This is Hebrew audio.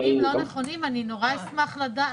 אם הוא אומר נתונים לא נכונים אני נורא אשמח לדעת.